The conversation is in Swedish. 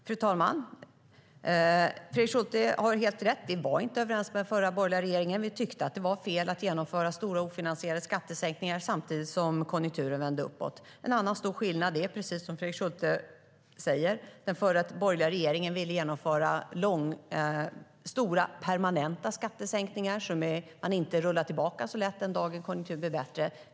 Fru talman! Fredrik Schulte har helt rätt. Vi var inte överens med den förra borgerliga regeringen. Vi tyckte att det var fel att genomföra stora ofinansierade skattesänkningar samtidigt som konjunkturen vände uppåt. En annan stor skillnad är, precis som Fredrik Schulte säger, att den förra borgerliga regeringen ville genomföra stora permanenta skattesänkningar som man inte rullar tillbaka så lätt den dag en konjunktur blir bättre.